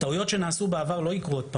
טעויות שנעשו בעבר לא יקרו עוד פעם.